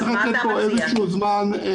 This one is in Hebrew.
צריך לקבוע פה איזשהו זמן.